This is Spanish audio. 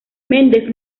mendes